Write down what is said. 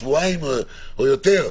שבועיים או יותר?